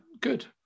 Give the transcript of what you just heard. good